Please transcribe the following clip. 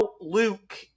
Luke